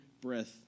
breath